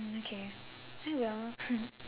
okay I will